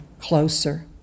closer